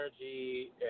energy